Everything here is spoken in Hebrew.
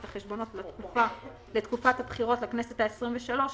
החשבונות לתקופת הבחירות לכנסת העשרים ושלוש,